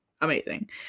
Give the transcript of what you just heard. amazing